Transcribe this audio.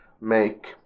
make